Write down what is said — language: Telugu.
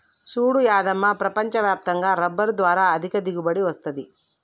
సూడు యాదమ్మ ప్రపంచ వ్యాప్తంగా రబ్బరు ద్వారా ఆర్ధిక దిగుబడి వస్తది